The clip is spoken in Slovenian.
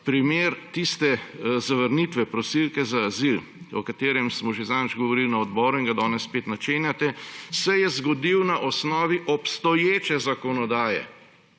Primer tiste zavrnitve prosilke za azil, o katerem smo že zadnjič govorili na odboru in ga danes spet načenjate, se je zgodil na osnovi obstoječe zakonodaje.